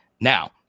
Now